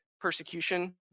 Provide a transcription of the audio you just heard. persecution